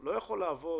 לא יכול לעבוד